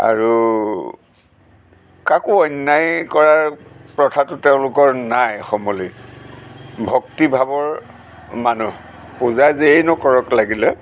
আৰু কাকো অন্যায় কৰাৰ প্ৰথাটো তেওঁলোকৰ নাই সমলি ভক্তিভাৱৰ মানুহ পূজা যিয়ে নকৰক লাগিলে